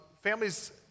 families